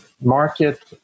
market